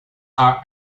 are